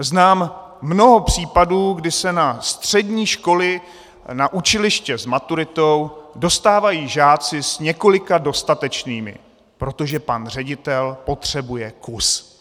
Znám mnoho případů, kdy se na střední školy, na učiliště s maturitou dostávají žáci s několika dostatečnými, protože pan ředitel potřebuje kus.